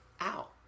ow